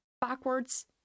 backwards